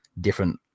different